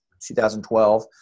2012